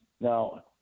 Now